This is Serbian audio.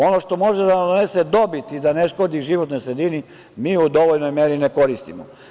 Ono što može da vam donese dobit i da ne škodi životnoj sredini mi u dovoljnoj meri ne koristimo.